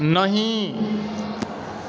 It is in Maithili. नहि